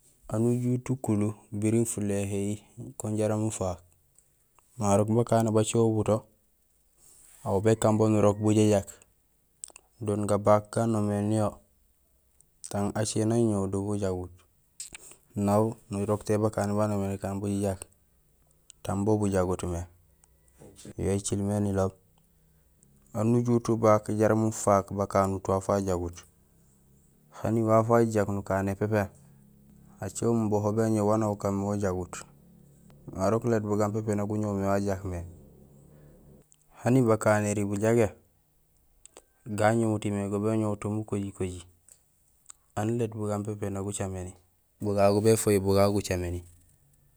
Aan ujut ukulo biring fuléhéhi kun jaraam ufaak ùmarok bakané bacé ubuto aw békanbo nurok bujajak doon gabaak gaan noomé niyo tang acé nañoñoow do majagut naw nurok té bakané baan noomé nékaan bujajak tang bo bujagut mé yo écilmé niloob aan ujut ubaak jaraam ufaak bakanut waaf wa jagut ani waaf wajajak nukané pépé acé umubo ho béñoow waan aw ukaan mé ujagut marok lét bugaan pépé nak gunoow mé wa jakmé hani bakanéri bujagé gañumuti mé go béñoow to mukojikoji aan diit bugaan pépé nak gucaméni bugagu béfoyi bugagu gucaméni.